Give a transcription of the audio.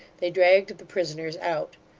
they dragged the prisoners out.